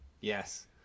Yes